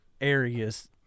areas